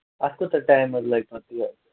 اَتھ کوٗتاہ ٹایِم حظ لَگہِ پَتہٕ یہِ